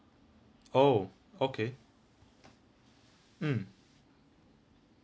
oh okay mm